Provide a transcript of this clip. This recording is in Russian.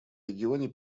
регионе